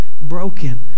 broken